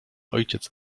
ojciec